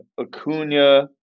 Acuna